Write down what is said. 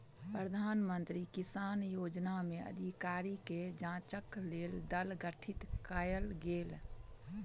प्रधान मंत्री किसान योजना में अधिकारी के जांचक लेल दल गठित कयल गेल